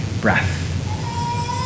breath